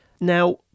Now